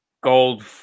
gold